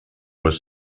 was